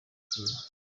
kiwe